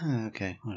okay